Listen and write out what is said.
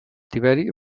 tiberi